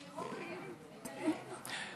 כדי לירוק עליה ולקלל אותה.